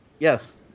Yes